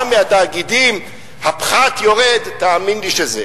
שבגלל התאגידים הפחת יורד, תאמין לי שזה...